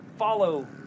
Follow